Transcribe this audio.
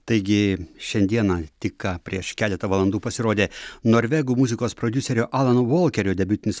taigi šiandieną tik ką prieš keletą valandų pasirodė norvegų muzikos prodiuserio alano volkerio debiutinis